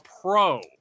pro